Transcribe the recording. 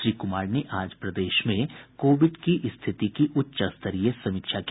श्री कुमार ने आज प्रदेश में कोविड की स्थिति की उच्च स्तरीय समीक्षा की